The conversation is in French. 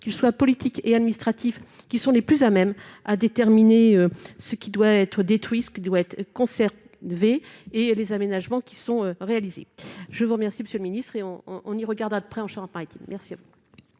qu'ils soient politiques et administratifs qui sont les plus à même à déterminer ce qui doit être détruit ce que doit être, concert et les aménagements qui sont réalisés, je vous remercie, Monsieur le ministre et on on y regarde à 2 prix en Charente-Maritime, merci.